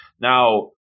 Now